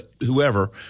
whoever